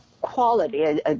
quality